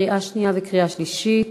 קריאה שנייה וקריאה שלישית.